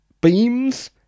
beams